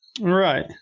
right